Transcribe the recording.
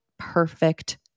perfect